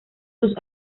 sus